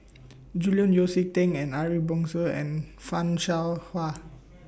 Julian Yeo See Teck and Ariff Bongso and fan Shao Hua